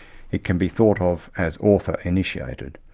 it can be thought of as author initiated,